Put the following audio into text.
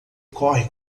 corre